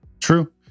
true